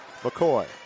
McCoy